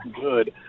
good